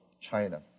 China